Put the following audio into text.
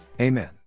Amen